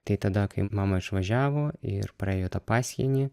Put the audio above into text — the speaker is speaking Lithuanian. tai tada kai mama išvažiavo ir praėjo tą pasienį